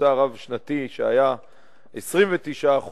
הממוצע הרב-שנתי, שהיה 29%,